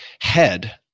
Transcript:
head